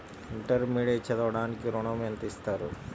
Intermediate చదవడానికి ఋణం ఎంత ఇస్తారు?